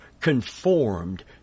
conformed